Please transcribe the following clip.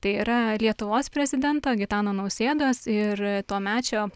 tai yra lietuvos prezidento gitano nausėdos ir tuomečio